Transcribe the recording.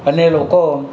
અને લોકો